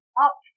up